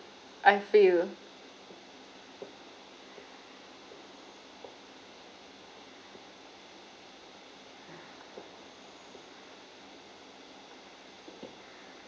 I feel